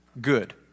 Good